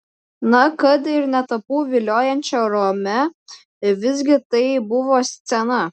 na kad ir netapau viliojančia rome visgi tai buvo scena